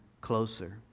closer